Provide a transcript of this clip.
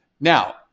Now